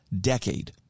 decade